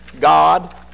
God